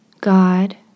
God